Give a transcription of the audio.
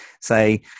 say